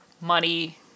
money